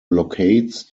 blockades